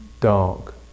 dark